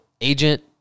agent-